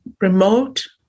remote